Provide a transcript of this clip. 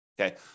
Okay